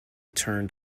turned